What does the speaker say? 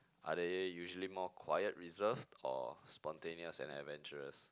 are they usually more quiet reserved or spontaneous and adventurous